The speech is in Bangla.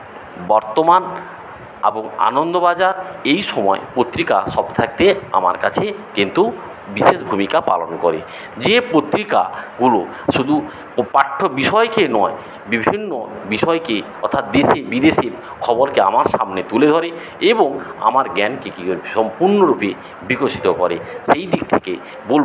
বর্তমান এবং আনন্দবাজার এইসময় পত্রিকা সব থাকতে আমার কাছে কিন্তু বিশেষ ভূমিকা পালন করে যে পত্রিকাগুলো শুধু পাঠ্য বিষয়কে নয় বিভিন্ন বিষয়কে অর্থাৎ দেশে বিদেশে খবরকে আমার সামনে তুলে ধরে এবং আমার জ্ঞানকে কি ভাবে সম্পূর্ণরূপে বিকশিত করে সেইদিক থেকে বলব